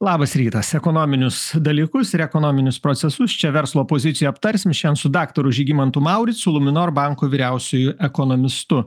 labas rytas ekonominius dalykus ir ekonominius procesus čia verslo pozicija aptarsim šiandien su daktaru žygimantu mauricu luminor banko vyriausiuoju ekonomistu